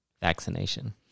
vaccination